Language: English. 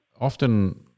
often